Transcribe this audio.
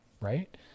right